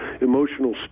emotional